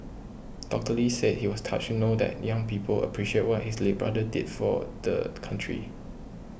Doctor Lee said he was touched to know that young people appreciate what his late brother did for the country